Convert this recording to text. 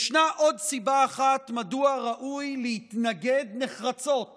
ישנה עוד סיבה אחת מדוע ראוי להתנגד נחרצות